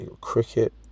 Cricket